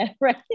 right